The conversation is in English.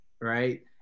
right